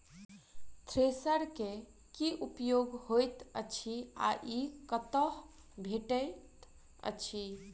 Thresher केँ की उपयोग होइत अछि आ ई कतह भेटइत अछि?